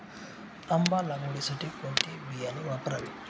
आंबा लागवडीसाठी कोणते बियाणे वापरावे?